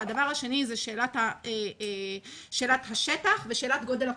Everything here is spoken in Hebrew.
והרכיב השני זה שאלת השטח ושאלת גודל הקבוצה.